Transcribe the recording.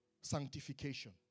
sanctification